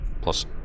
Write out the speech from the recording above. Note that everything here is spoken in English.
plus